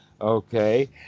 Okay